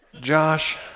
Josh